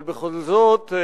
אבל בכל זאת,